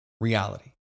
reality